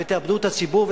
ותאבדו את הציבור.